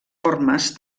formes